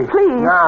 Please